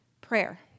prayer